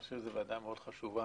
אני חושב שזו ועדה מאוד חשובה.